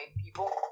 people